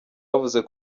bavuze